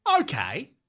Okay